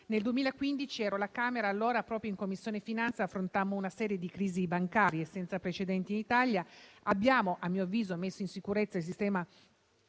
Nel 2015 ero alla Camera dei deputati e, proprio in Commissione finanze, affrontammo una serie di crisi bancarie senza precedenti in Italia. A mio avviso, abbiamo messo in sicurezza il sistema